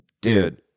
Dude